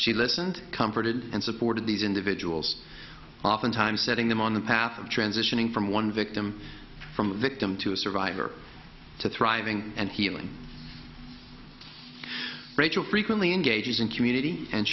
she listened comforted and supported these individuals oftentimes setting them on the path of transitioning from one victim from victim to a survivor to thriving and healing rachel frequently engages in community and